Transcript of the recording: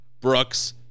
brooks